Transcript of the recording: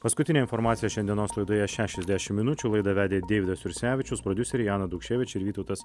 paskutinė informacija šiandienos laidoje šešiasdešimt minučių laidą vedė deividas jursevičius prodiuserė ana daukševič ir vytautas